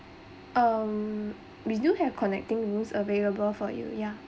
um we do have connecting rooms available for you ya